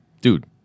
dude